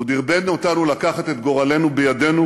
הוא דרבן אותנו לקחת את גורלנו בידינו,